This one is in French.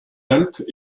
alpes